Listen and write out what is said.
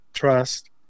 Trust